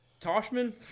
Toshman